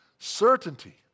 Certainty